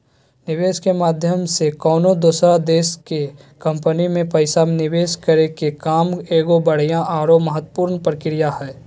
निवेशक के माध्यम से कउनो दोसर देश के कम्पनी मे पैसा निवेश करे के काम एगो बढ़िया आरो महत्वपूर्ण प्रक्रिया हय